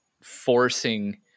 forcing